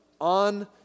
on